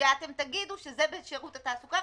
שאתם תגידו שזה בשירות התעסוקה,